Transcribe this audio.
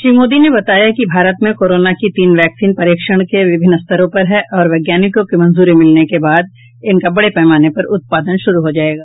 श्री मोदी ने बताया कि भारत में कोरोना की तीन वैक्सीन परीक्षण के विभिन्न स्तरों पर हैं और वैज्ञानिकों की मंजूरी मिलने के बाद इनका पड़े पैमाने पर उत्पादन शुरू हो जायेगा